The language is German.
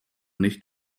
nicht